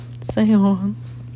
Seance